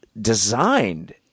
designed